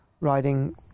riding